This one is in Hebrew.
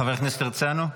חבר הכנסת הרצנו,